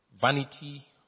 Vanity